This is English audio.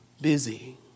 busy